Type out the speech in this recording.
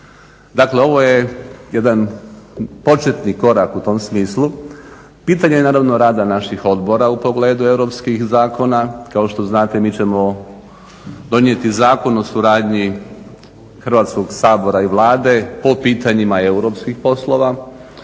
Dakle, ovo je jedan početni korak u tom smislu. Pitanje je naravno rada naših odbora u pogledu europskih zakona. Kao što znate, mi ćemo donijeti Zakon o suradnji Hrvatskog sabora i Vlade po pitanjima europskih poslova.